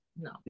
no